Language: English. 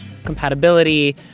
compatibility